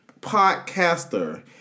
podcaster